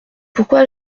pourquoi